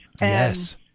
Yes